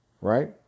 right